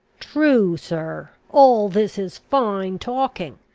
true, sir all this is fine talking.